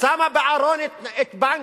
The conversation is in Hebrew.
שמה בארון את בנק,